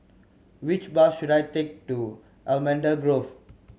which bus should I take to Allamanda Grove